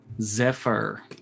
Zephyr